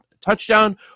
touchdown